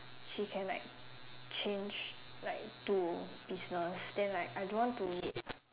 she can like change like to business then like I don't want to wait